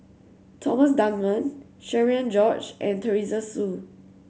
Thomas Dunman Cherian George and Teresa Hsu